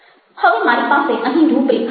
હવે મારી પાસે અહીં રૂપરેખા છે